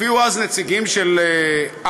הופיעו אז נציגים של א.ב.א,